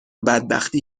بدبختی